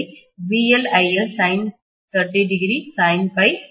எனவும் எழுத முடியும்